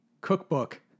cookbook